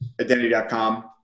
identity.com